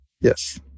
Yes